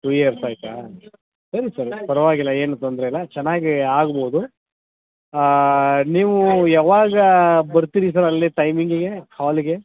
to years ಆಯಿತಾ ಸರಿ sir ಪರವಾಗಿಲ್ಲ ಏನು ತೊಂದರೆಯಿಲ್ಲ ಚೆನ್ನಾಗೆ ಆಗ್ಬೋದು ನೀವು ಯಾವಾಗ ಬರ್ತೀರಿ ಸರ್ ಅಲ್ಲಿ ಟೈಮಿಂಗಿಗೆ ಹಾಲಿಗೆ